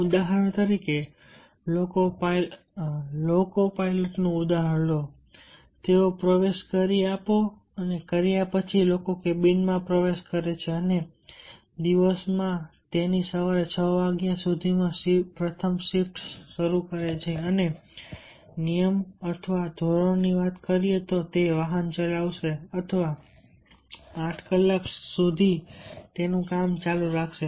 ઉદાહરણ તરીકે લોકો પાયલોટનું ઉદાહરણ લો તેઓ પ્રવેશ કરી આપો કર્યા પછી લોકો કેબિનમાં પ્રવેશ કરે છે અને દિવસમાં તે તેની સવારે 6 વાગ્યા સુધીમાં પ્રથમ શિફ્ટ શિફ્ટ શરૂ કરે છે અને નિયમ અથવા ધોરણની વાત કરીએ તો તે વાહન ચલાવશે અથવા 8 કલાક સુધી તેનું કામ ચાલુ રાખશે